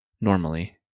Normally